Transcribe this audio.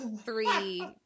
three